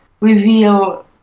reveal